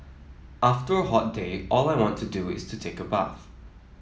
after a hot day all I want to do is to take a bath